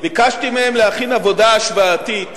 ביקשתי מהם להכין עבודה השוואתית.